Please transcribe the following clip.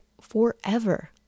forever